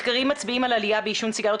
מחקרים מצביעים על עלייה בעישון סיגריות